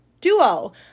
duo